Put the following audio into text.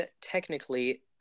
technically